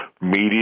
media